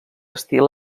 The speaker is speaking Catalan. estil